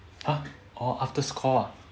!huh! orh after score